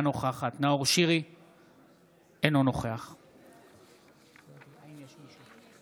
אינה נוכחת נאור שירי,